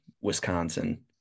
wisconsin